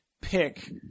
pick